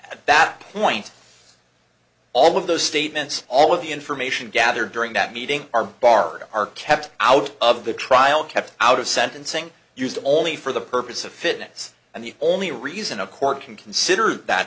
at that point all of those statements all of the information gathered during that meeting are barred are kept out of the trial kept out of sentencing used only for the purpose of fitness and the only reason a court can consider that